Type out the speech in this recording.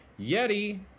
Yeti